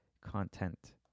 Content